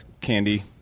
candy –